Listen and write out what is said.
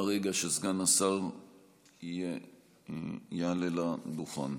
ברגע שסגן השר יעלה לדוכן.